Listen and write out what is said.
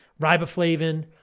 riboflavin